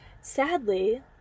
sadly